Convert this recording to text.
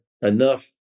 enough